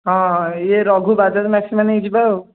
ହଁ ଇଏ ରଘୁ ବାଜାଜ୍ ମେକ୍ସିମା ନେଇକି ଯିବା ଆଉ